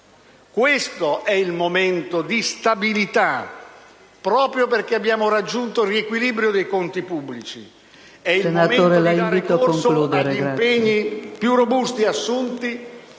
Questo è il momento della stabilità, proprio perché abbiamo raggiunto il riequilibrio dei conti pubblici. É il momento di dare corso agli impegni più robusti assunti